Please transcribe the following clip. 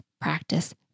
practice